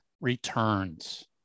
returns